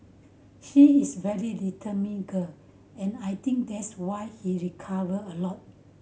she is very determined girl and I think that's why he recovered a lot